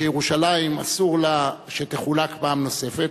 שירושלים אסור לה שתחולק פעם נוספת,